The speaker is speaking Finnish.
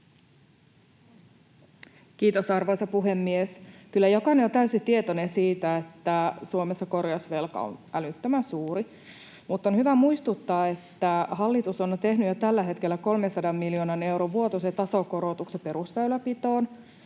Kiitos, arvoisa puhemies! Kyllä jokainen on täysin tietoinen siitä, että Suomessa korjausvelka on älyttömän suuri. Mutta on hyvä muistuttaa, että hallitus on tehnyt jo 300 miljoonan euron vuotuisen tasokorotuksen perusväylänpitoon